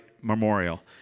memorial